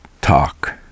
talk